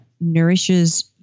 nourishes